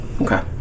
Okay